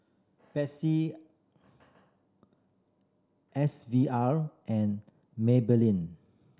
Betsy S V R and Maybelline